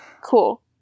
cool